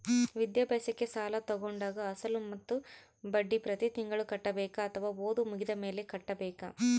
ವಿದ್ಯಾಭ್ಯಾಸಕ್ಕೆ ಸಾಲ ತೋಗೊಂಡಾಗ ಅಸಲು ಮತ್ತೆ ಬಡ್ಡಿ ಪ್ರತಿ ತಿಂಗಳು ಕಟ್ಟಬೇಕಾ ಅಥವಾ ಓದು ಮುಗಿದ ಮೇಲೆ ಕಟ್ಟಬೇಕಾ?